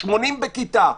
80 בכיתה,